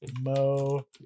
mo